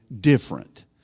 different